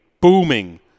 booming